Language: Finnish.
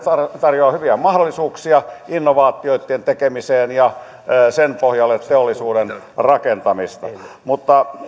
tarjoaa hyviä mahdollisuuksia innovaatioiden tekemiseen ja sen pohjalle teollisuuden rakentamista mutta